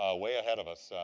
ah way ahead of us.